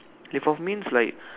live off means like